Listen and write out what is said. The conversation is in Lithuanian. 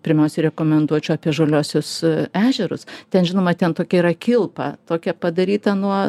pirmiausiai rekomenduočiau apie žaliuosius ežerus ten žinoma ten tokia yra kilpa tokia padaryta nuo